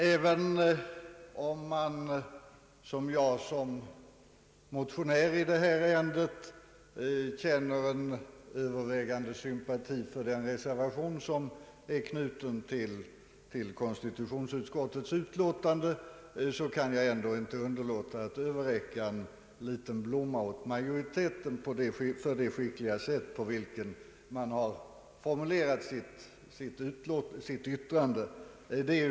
Även om jag som motionär i det här ärendet känner en övervägande sympati för den reservation som är knuten till konstitutionsutskottets utlåtande, kan jag inte underlåta att överräcka en liten blomma åt majoriteten för det skickliga sätt på vilket den har formulerat utskottets yttrande.